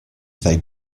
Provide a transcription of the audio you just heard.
they